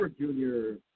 junior